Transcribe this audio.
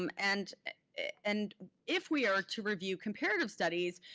um and and if we are to review comparative studies,